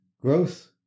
growth